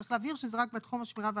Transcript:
צריך להבהיר שזה רק בתחום השמירה והאבטחה.